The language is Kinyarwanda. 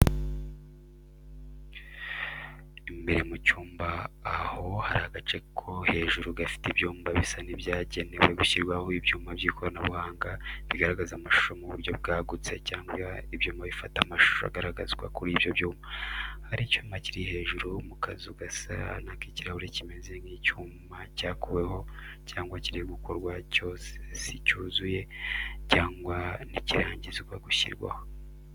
Imbere mu cyumba aho hari agace ko hejuru gafite ibyuma bisa n’ibyagenewe gushyirwaho ibyuma by'ikoranabuhanga, bigaragaza amashusho mu buryo bwagutse cyangwa ibyuma bifata amashusho agaragazwa kuri ibyo byuma. Hari icyuma kiri hejuru mu kazu gasa n’ak'ikirahure kimeze nk'icyuma cyakuweho cyangwa kiri gukorwa cyose si cyuzuye cyangwa ntikirangizwa gushyirwaho.